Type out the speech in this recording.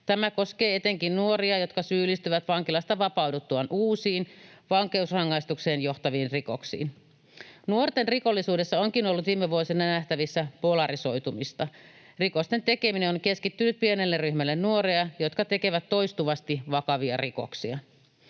Tämä koskee etenkin nuoria, jotka syyllistyvät vankilasta vapauduttuaan uusiin vankeusrangaistukseen johtaviin rikoksiin. Nuorten rikollisuudessa onkin ollut viime vuosina nähtävissä polarisoitumista. Rikosten tekeminen on keskittynyt pienelle ryhmälle nuoria, jotka tekevät toistuvasti vakavia rikoksia.